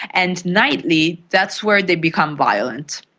and nightly that's where they become violent.